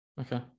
okay